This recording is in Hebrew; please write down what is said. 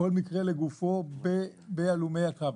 כל מקרה לגופו, בהלומי הקרב.